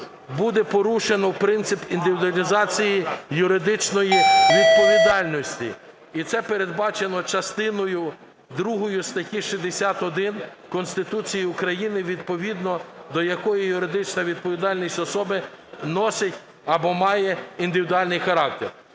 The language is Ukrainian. буде порушено принцип індивідуалізації юридичної відповідальності. І це передбачено частиною другою статті 61 Конституції України, відповідно до якої юридична відповідальність особи носить або має індивідуальний характер.